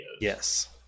Yes